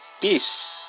peace